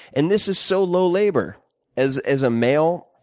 and this is so low labor as as a male.